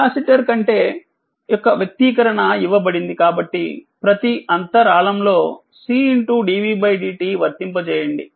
capacitor current యొక్క వ్యక్తీకరణ ఇవ్వబడిందికాబట్టి ప్రతి అంతరాళం లో Cdvdt వర్తింప చేయండి